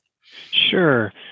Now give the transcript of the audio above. Sure